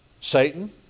Satan